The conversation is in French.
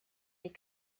les